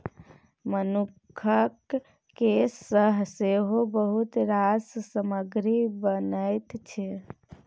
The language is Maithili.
मनुखक केस सँ सेहो बहुत रास सामग्री बनैत छै